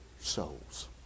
souls